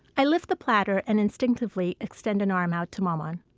i lift the platter and instinctively extend an arm out to maman.